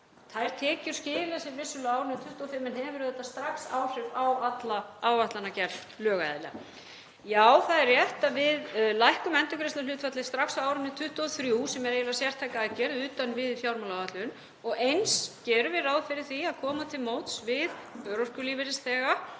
þær tekjur skila sér vissulega á árinu 2025 en það hefur auðvitað strax áhrif á alla áætlanagerð lögaðila. Já, það er rétt að við lækkum endurgreiðsluhlutfallið strax á árinu 2023, sem er eiginlega sértæk aðgerð utan við fjármálaáætlun, og eins gerum við ráð fyrir því að koma til móts við örorkulífeyrisþega